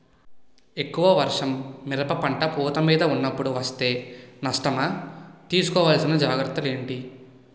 ఎక్కువ వర్షం మిరప పంట పూత మీద వున్నపుడు వేస్తే నష్టమా? తీస్కో వలసిన జాగ్రత్తలు ఏంటి?